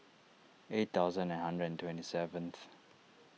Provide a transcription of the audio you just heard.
eight thousand nine hundred and twenty seventh